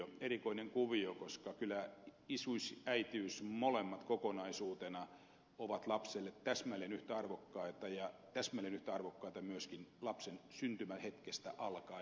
se on erikoinen kuvio koska kyllä isyys äitiys molemmat kokonaisuutena ovat lapselle täsmälleen yhtä arvokkaita ja täsmälleen yhtä arvokkaita myöskin lapsen syntymähetkestä alkaen